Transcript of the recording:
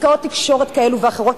עסקאות תקשורת כאלה ואחרות,